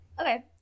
okay